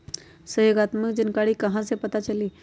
सहयोगात्मक जानकारी कहा से पता चली?